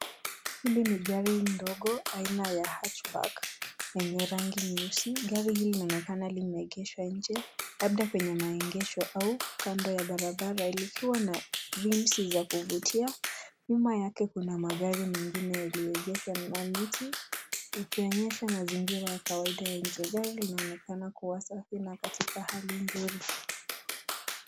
Hili ni gari ndogo aina ya hatchback , yenye rangi nyeusi. Gari hili linaonekana limeegeshwa nje, labda kwenye maegesho au kando ya barabara, likiwa na rims za kuvutia. Nyuma yake kuna magari mengine yaliyoegeshwa na miti ikionyesha mazingira ya kawaida ya nje. Gari linaonekana kuwa safi na katika hali nzuri.